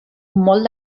molt